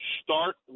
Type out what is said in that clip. start